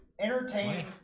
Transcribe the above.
entertain